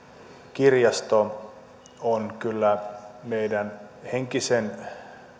kirjasto on kyllä meidän henkisen